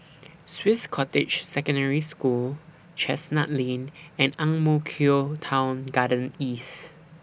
Swiss Cottage Secondary School Chestnut Lane and Ang Mo Kio Town Garden East